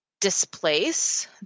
displace